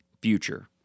future